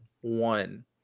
one